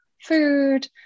food